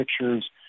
pictures